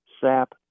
sap